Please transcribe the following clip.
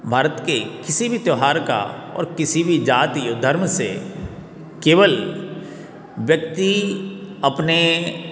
भारत के किसी भी त्यौहार का और किसी भी जाति या धर्म से केवल व्यक्ति अपने